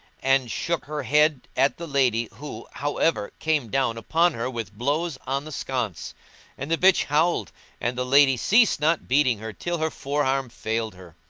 and shook her head at the lady who, however, came down upon her with blows on the sconce and the bitch howled and the lady ceased not beating her till her forearm failed her.